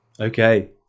Okay